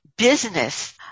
Business